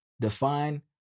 Define